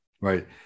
Right